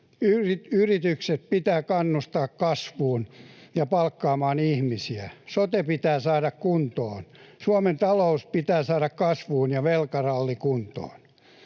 Yritykset pitää kannustaa kasvuun ja palkkaamaan ihmisiä. Sote pitää saada kuntoon. Suomen talous pitää saada kasvuun ja velkaralli kuntoon.